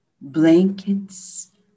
blankets